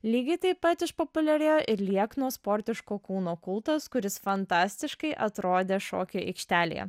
lygiai taip pat išpopuliarėjo ir liekno sportiško kūno kultas kuris fantastiškai atrodė šokių aikštelėje